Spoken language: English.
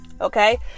Okay